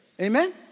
Amen